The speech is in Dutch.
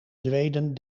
zweden